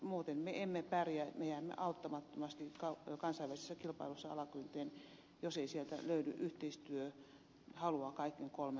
muuten me emme pärjää me jäämme auttamattomasti kansainvälisessä kilpailussa alakynteen jos ei sieltä löydy yhteistyöhalua kaikkien kolmen toimijan toimesta